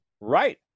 Right